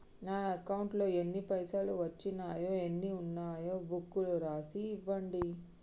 నా అకౌంట్లో ఎన్ని పైసలు వచ్చినాయో ఎన్ని ఉన్నాయో బుక్ లో రాసి ఇవ్వండి?